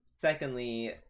secondly